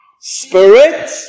spirit